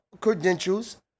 credentials